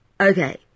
okay